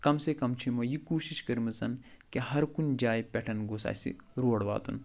کم سے کم چھِ یِمَو یہِ کوٗشِش کٔرٕمٕژَن کہ ہر کُنہِ جایہِ پٮ۪ٹھ گۄژھ اَسہِ روڈ واتُن